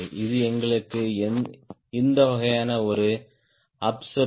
இது எங்களுக்கு இந்த வகையான ஒரு அபஸ்வீப்ட்